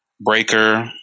Breaker